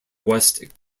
west